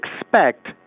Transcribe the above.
expect